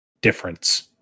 difference